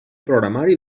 programari